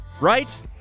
right